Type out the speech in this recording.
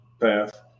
path